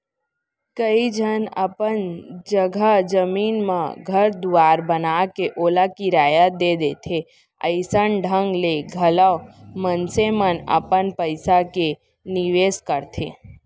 कइ झन अपन जघा जमीन म घर दुवार बनाके ओला किराया दे देथे अइसन ढंग ले घलौ मनसे मन अपन पइसा के निवेस करथे